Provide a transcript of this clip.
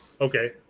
Okay